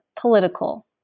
political